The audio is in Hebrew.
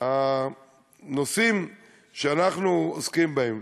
שהנושאים שאנחנו עוסקים בהם,